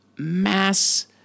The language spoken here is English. mass